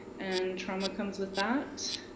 and trauma comes with that.